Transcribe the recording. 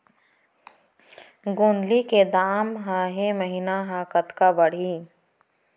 गोंदली के दाम ह ऐ महीना ह कतका बढ़ही?